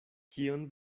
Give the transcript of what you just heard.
kion